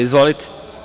Izvolite.